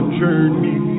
journey